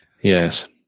Yes